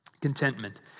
contentment